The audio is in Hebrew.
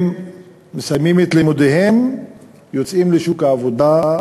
הם מסיימים את לימודיהם ויוצאים לשוק העבודה,